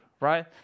right